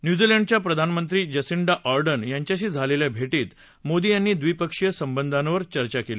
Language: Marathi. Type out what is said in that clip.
न्यूझीलंडच्या प्रधानंत्री जसीन्डा ऑर्डन यांच्याशी झालेल्या भेटीत मोदी यांनी द्विपक्षीय संबधावर चर्चा केली